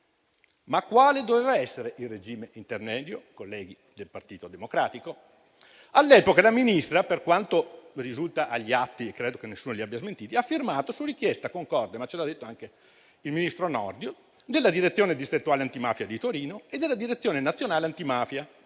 quale doveva essere il regime intermedio. All'epoca la Ministra, per quanto risulta agli atti (credo che nessuno li abbia smentiti), ha firmato su richiesta concorde, come ci ha detto anche il ministro Nordio, della direzione distrettuale antimafia di Torino e della Direzione nazionale antimafia,